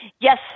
yes